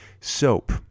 soap